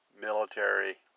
military